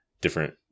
different